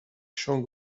champs